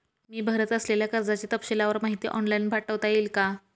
मी भरत असलेल्या कर्जाची तपशीलवार माहिती ऑनलाइन पाठवता येईल का?